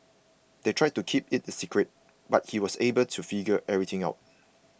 they tried to keep it a secret but he was able to figure everything out